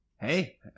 Hey